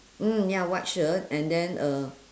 mm ya white shirt and then uh